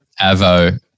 avo